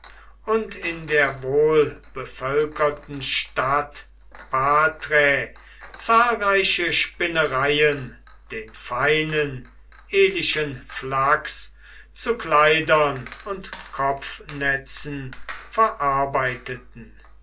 und in der wohlbevölkerten stadt patrae zahlreiche spinnereien den feinen elischen flachs zu kleidern und kopfnetzen verarbeiteten